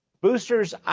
Boosters